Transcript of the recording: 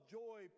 joy